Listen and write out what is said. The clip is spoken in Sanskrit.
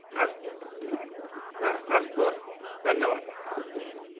अस्तु हा अस्तु अस्तु धन्यवादः आम्